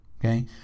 okay